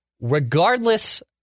regardless